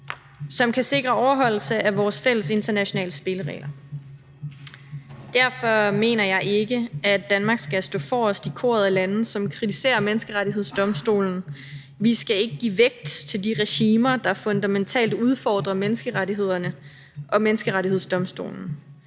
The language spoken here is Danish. som kan sikre overholdelse af vores fælles internationale spilleregler. Derfor mener jeg ikke, at Danmark skal stå forrest i koret af lande, som kritiserer Menneskerettighedsdomstolen. Vi skal ikke give vægt til de regimer, der fundamentalt udfordrer menneskerettighederne og Menneskerettighedsdomstolen.